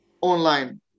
online